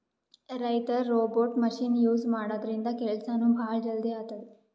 ರೈತರ್ robot machine use ಮಾಡದ್ರಿನ್ದ ಕೆಲ್ಸನೂ ಭಾಳ್ ಜಲ್ದಿ ಆತದ್